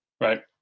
Right